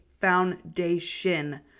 foundation